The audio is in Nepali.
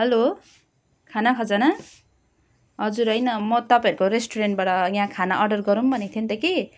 हेलो खाना खजाना हजुर होइन म तपाईँहरूको रेस्टुरेन्टबाट यहाँ खाना अर्डर गरौँ भनेको थिएन त कि